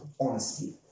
honesty